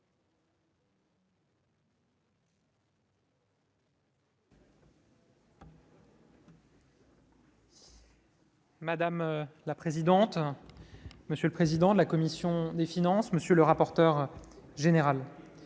Madame la présidente, monsieur le président de la commission des finances, monsieur le rapporteur général,